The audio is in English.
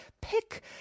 pick